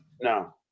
no